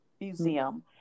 museum